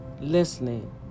listening